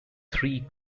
three